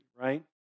right